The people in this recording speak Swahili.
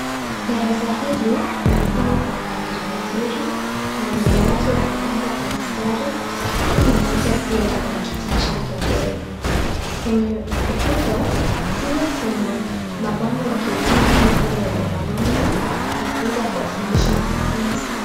Darasa hili limepangwa kwa mpangilio mzuri, kuna madawati yaliyopangwa kwa msitari kila moja pia lina kiti chake mbele. Kwenye ukuta, pia kuna mabango ya kielimu kama vile ramani, ya kuweza kuwafundisha wanafunzi.